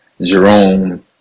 Jerome